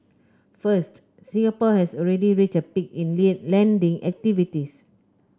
first Singapore has already reached a peak in lending activities